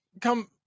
come